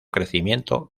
crecimiento